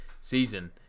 season